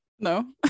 No